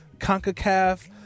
CONCACAF